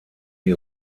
die